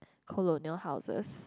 colonial houses